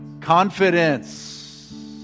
Confidence